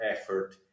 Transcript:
effort